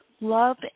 love